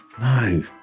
no